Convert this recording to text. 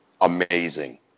amazing